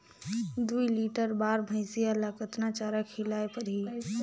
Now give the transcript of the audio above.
दुई लीटर बार भइंसिया ला कतना चारा खिलाय परही?